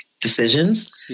decisions